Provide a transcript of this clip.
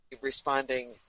responding